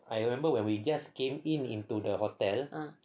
I remember when we just came in into the hotel